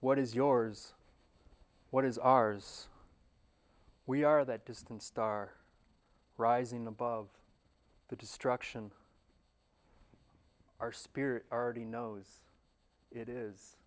what is yours what is ours we are that distant star rising above the destruction our spirit already knows it is